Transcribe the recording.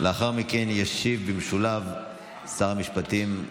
לאחר מכן ישיב במשולב שר המשפטים,